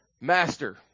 master